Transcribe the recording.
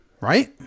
Right